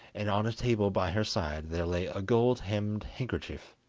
and on a table by her side there lay a gold-hemmed handkerchief.